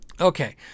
okay